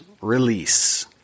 Release